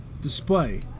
display